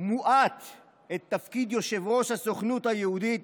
מועט את תפקיד יושב-ראש הסוכנות היהודית,